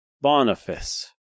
Boniface